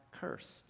cursed